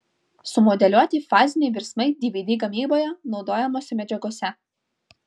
sumodeliuoti faziniai virsmai dvd gamyboje naudojamose medžiagose